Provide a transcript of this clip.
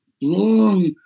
long